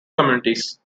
communities